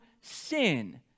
sin